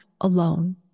alone